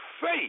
faith